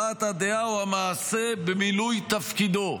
הבעת הדעה או המעשה במילוי לתפקידו,